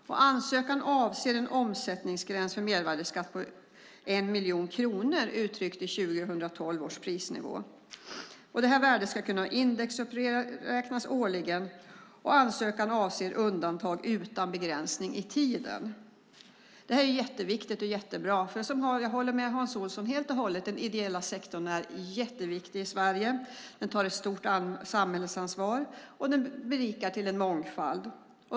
Ansökan avser införandet av en omsättningsgräns för mervärdesskatt på 1 miljon kronor uttryckt i 2012 års prisnivå. Detta värde ska kunna indexuppräknas årligen, och ansökan avser undantag utan begränsning i tiden. Detta är jätteviktigt. Jag håller helt och hållet med Hans Olsson om att den ideella sektorn är jätteviktig i Sverige. Den tar ett stort samhällsansvar och berikar mångfalden.